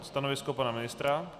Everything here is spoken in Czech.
Stanovisko pana ministra?